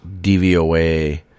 DVOA